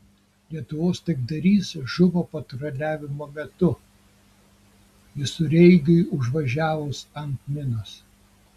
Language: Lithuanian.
lietuvos taikdarys žuvo patruliavimo metu visureigiui užvažiavus ant minos